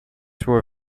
were